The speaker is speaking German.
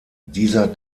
dieser